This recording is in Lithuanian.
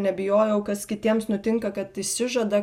nebijojau kas kitiems nutinka kad išsižada